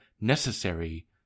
necessary